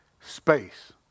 space